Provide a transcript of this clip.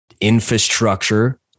infrastructure